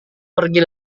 pergi